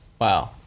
Wow